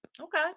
Okay